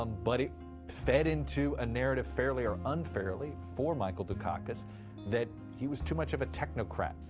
um but it fed into a narrative fairly or unfairly for michael dukakis that. he was too much of a technocrat.